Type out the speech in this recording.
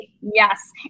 Yes